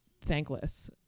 thankless